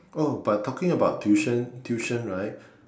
oh but talking about tuition tuition right